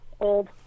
old